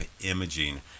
imaging